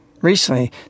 recently